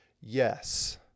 Yes